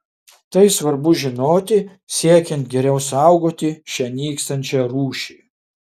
tai svarbu žinoti siekiant geriau saugoti šią nykstančią rūšį